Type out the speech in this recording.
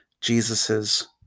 Jesus's